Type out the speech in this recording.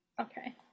Okay